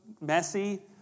messy